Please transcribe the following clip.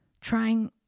trying